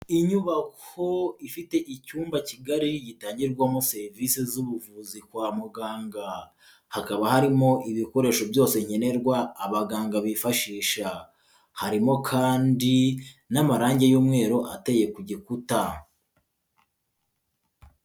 Inyubako ifite icyumba kigari gitangirwamo serivisi z'ubuvuzi kwa muganga, hakaba harimo ibikoresho byose nkenerwa abaganga bifashisha, harimo kandi n'amarangi y'umweru ateye ku gikuta.